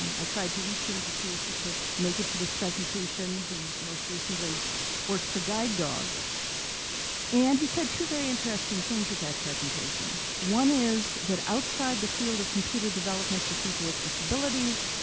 i tried to reach him to see if he could make it to this presentation. he most recently worked for guide dogs and he said two very interesting things at that presentation. one is that outside the field of computer development for people with disabilities,